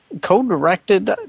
co-directed